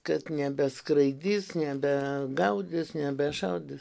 kad nebeskraidys nebegaudys nebešaudys